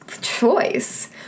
choice